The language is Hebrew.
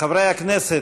חברי הכנסת,